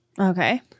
Okay